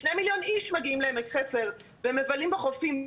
שני מיליון איש מגיעים לעמק חפר, ומבלים בחופים,